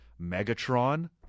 Megatron